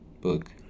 book